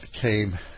came